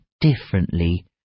differently